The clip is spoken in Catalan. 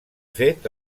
fet